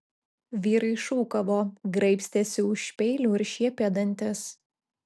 vyrai šūkavo graibstėsi už peilių ir šiepė dantis